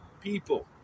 people